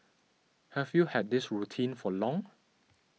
have you had this routine for long